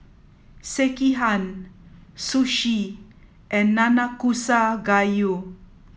Sekihan Sushi and Nanakusa Gayu